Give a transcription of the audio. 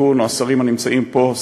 או השרים הנמצאים פה,